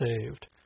saved